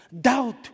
Doubt